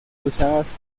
usadas